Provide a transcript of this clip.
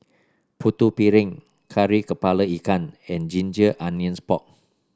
Putu Piring Kari kepala Ikan and Ginger Onions Pork